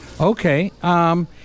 Okay